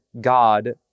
God